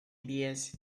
ideas